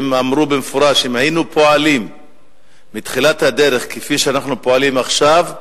הם אמרו במפורש: אם היינו פועלים בתחילת הדרך כפי שאנחנו פועלים עכשיו,